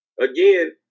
Again